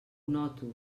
noto